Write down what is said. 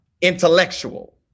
intellectual